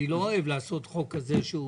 אני לא אוהב לעשות חוק כזה,